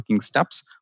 steps